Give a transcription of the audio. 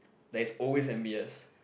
there's always M_B_S